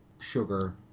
sugar